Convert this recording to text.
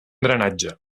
drenatge